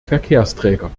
verkehrsträger